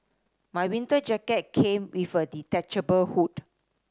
my winter jacket came with a detachable hood